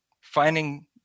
finding